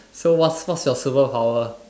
so what's what's your superpower